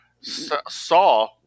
saw